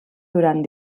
durant